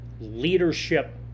leadership